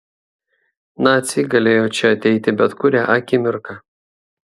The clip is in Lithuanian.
naciai galėjo čia ateiti bet kurią akimirką